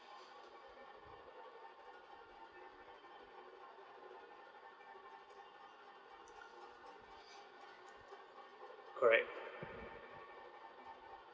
correct